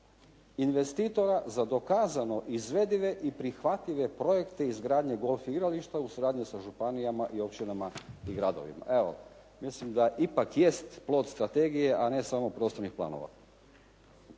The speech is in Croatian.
investitora za dokazano izvedive i prihvatljive projekte izgradnje golf igrališta u suradnji sa županijama i općinama i gradovima. Evo, mislim da ipak jest plod strategije a ne samo prostornih planova.